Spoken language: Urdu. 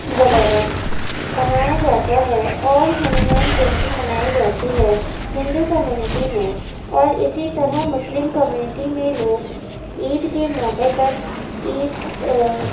وغیرہ منایا جاتا ہے اور ہنومان جینتی منائی جاتی ہے ہندو کیمونٹی میں اور اسی طرح مسلم کمیونٹی میں لوگ عید کے موقع پر عید